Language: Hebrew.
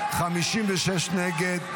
56 נגד,